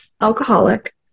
alcoholic